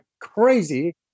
crazy